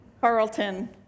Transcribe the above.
Carlton